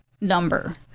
number